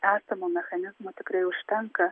esamo mechanizmo tikrai užtenka